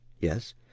yes